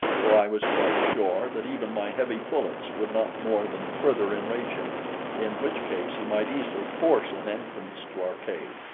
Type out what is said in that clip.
for i was quite sure that even my heavy bullets would not more than further enrage him in which case he might easily force an entrance to our cave.